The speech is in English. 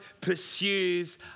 pursues